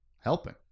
helping